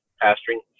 pasturing